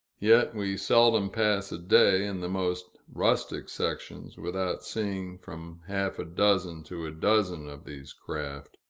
yet we seldom pass a day, in the most rustic sections, without seeing from half-a-dozen to a dozen of these craft.